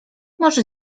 może